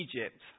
Egypt